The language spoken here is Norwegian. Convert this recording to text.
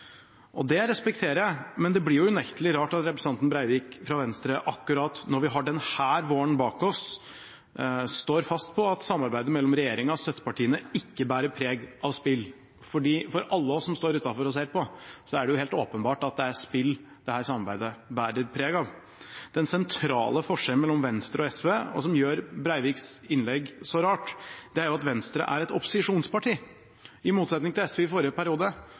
Syria. Det respekterer jeg, men det blir unektelig rart når representanten Breivik fra Venstre står fast på at samarbeidet mellom regjeringen og støttepartiene ikke bærer preg av spill, akkurat når vi har denne våren bak oss. For alle oss som står utenfor og ser på, er det helt åpenbart at det er spill dette samarbeidet bærer preg av. Den sentrale forskjellen mellom Venstre og SV, og som gjør Breiviks innlegg så rart, er at Venstre er et opposisjonsparti. I motsetning til SV i forrige periode